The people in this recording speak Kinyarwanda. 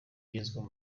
igezweho